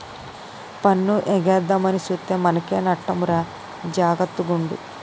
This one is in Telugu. పన్ను ఎగేద్దామని సూత్తే మనకే నట్టమురా జాగర్త గుండు